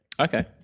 Okay